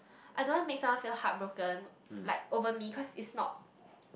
I don't want make someone feel heartbroken like over me because is not